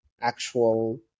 actual